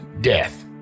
death